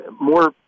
more